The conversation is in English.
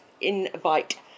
invite